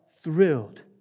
thrilled